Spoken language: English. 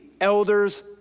elders